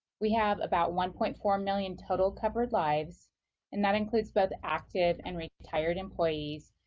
we have about one point four million total covered lives and that includes both active and retired employees,